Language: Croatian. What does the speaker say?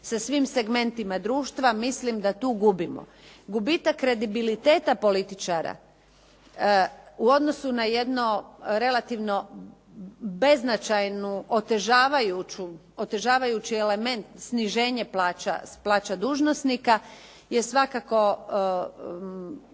sa svim segmentima društva, mislim da tu gubimo. Gubitak kredibiliteta političara u odnosu na jedno relativno beznačajnu otežavajući element sniženje plaća dužnosnika je svakako